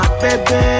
baby